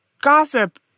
gossip